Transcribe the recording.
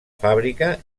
fàbrica